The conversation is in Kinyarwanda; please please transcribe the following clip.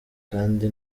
kandi